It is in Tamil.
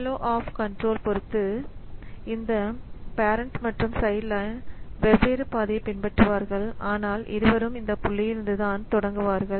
ப்லோ ஆப் கண்ட்ரோல் பொருத்து இந்த பேரன்ட் மற்றும் சைல்ட் வெவ்வேறு பாதையை பின்பற்றுவார்கள் ஆனால் இருவரும் இந்த புள்ளியிலிருந்து தான் தொடங்குவார்கள்